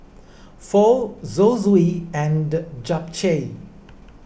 Pho Zosui and Japchae